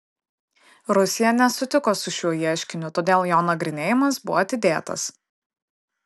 rusija nesutiko su šiuo ieškiniu todėl jo nagrinėjimas buvo atidėtas